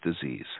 disease